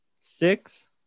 six